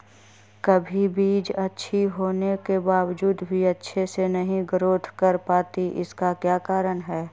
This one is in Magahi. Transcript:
कभी बीज अच्छी होने के बावजूद भी अच्छे से नहीं ग्रोथ कर पाती इसका क्या कारण है?